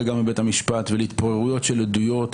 גם בבית המשפט ולהתפוררויות של עדויות.